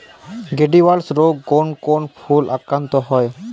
Gladiolus রোগে কোন কোন ফুল আক্রান্ত হয়?